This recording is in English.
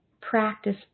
practice